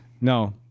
No